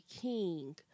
King